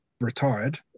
retired